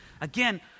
Again